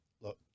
look